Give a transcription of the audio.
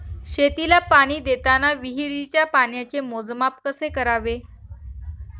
शेतीला पाणी देताना विहिरीच्या पाण्याचे मोजमाप कसे करावे?